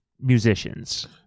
musicians